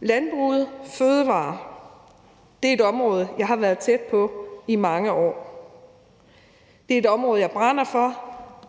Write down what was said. Landbruget – fødevarer – er et område, jeg har været tæt på i mange år. Det er et område, jeg brænder for,